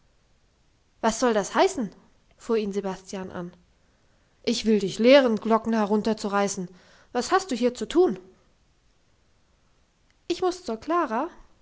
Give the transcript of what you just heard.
was soll das heißen fuhr ihn sebastian an ich will dich lehren glocken herunterzureißen was hast du hier zu tun ich muss zur klara